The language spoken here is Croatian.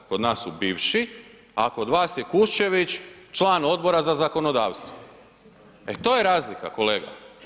Kod nas su bivši, a kod vas je Kuščević član Odbora za zakonodavstvo, e to je razlika kolega.